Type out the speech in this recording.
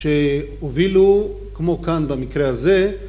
שהובילו כמו כאן במקרה הזה